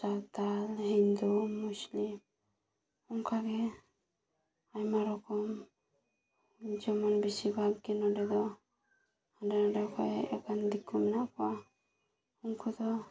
ᱥᱟᱶᱛᱟᱞ ᱦᱤᱱᱫᱩ ᱢᱩᱥᱞᱤᱢ ᱚᱱᱠᱟᱜᱮ ᱟᱭᱢᱟ ᱨᱚᱠᱚᱢ ᱡᱮᱢᱚᱱ ᱵᱮᱥᱤᱨ ᱵᱷᱟᱜᱽ ᱜᱮ ᱱᱚᱸᱰᱮ ᱫᱚ ᱦᱟᱸᱰᱮ ᱱᱟᱸᱰᱮ ᱠᱷᱚᱡ ᱦᱮᱡ ᱟᱠᱟᱱ ᱫᱤᱠᱩ ᱠᱚ ᱢᱮᱱᱟᱜ ᱠᱚᱣᱟ ᱩᱱᱠᱩ ᱫᱚ